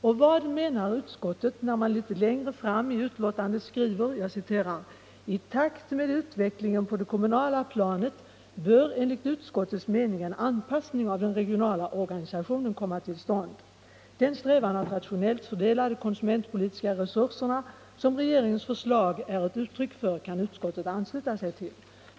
Och vad menar utskottet när man litet längre fram i betänkandet skriver: ”I takt med utvecklingen på det kommunala planet bör enligt utskottets mening en anpassning av den regionala organisationen komma till stånd. Den strävan att rationellt fördela de konsumentpolitiska resurserna, som regeringens förslag är ett uttryck för, kan utskottet ansluta sig till.